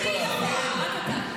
למה אתה לא שר הרווחה?